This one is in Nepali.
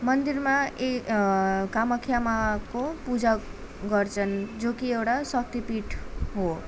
मन्दिरमा ए कामाख्या माँको पुजा गर्छन् जो कि एउटा शक्तिपीठ हो